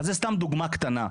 זו סתם דוגמה קטנה,